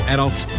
Adults